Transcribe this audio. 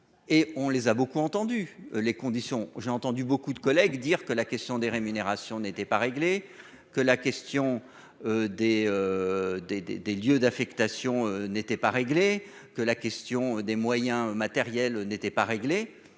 et on les a beaucoup entendus les conditions j'ai entendu beaucoup de collègues, dire que la question des rémunérations n'était pas réglé que la question des, des, des, des lieux d'affectation n'était pas réglé que la question des moyens matériels n'était pas réglé,